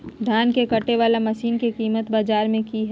धान के कटे बाला मसीन के कीमत बाजार में की हाय?